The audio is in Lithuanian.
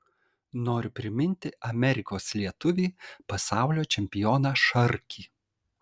noriu priminti amerikos lietuvį pasaulio čempioną šarkį